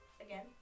again